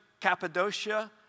Cappadocia